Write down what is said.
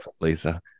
Lisa